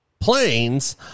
Planes